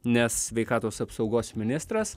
nes sveikatos apsaugos ministras